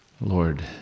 Lord